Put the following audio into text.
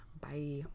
bye